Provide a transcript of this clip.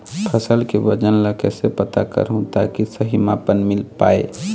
फसल के वजन ला कैसे पता करहूं ताकि सही मापन मील पाए?